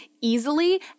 easily